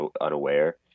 unaware